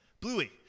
Bluey